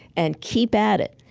and keep at it,